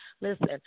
Listen